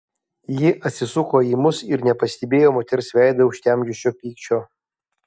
ji atsisuko į mus ir nepastebėjo moters veidą užtemdžiusio pykčio